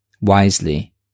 wisely